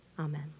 Amen